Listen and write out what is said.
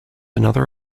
another